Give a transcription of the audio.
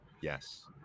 yes